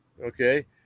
Okay